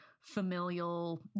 familial